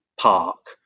park